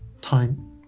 time